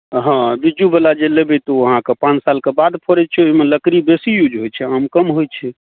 हँ बिज्जूवला जे लेबै तऽ ओ अहाँकेँ पाँच सालके बाद फड़ै छै ओहिमे लकड़ी बेसी यूज होइ छै आम कम होइ छै